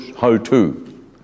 how-to